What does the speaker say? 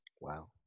Wow